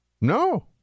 No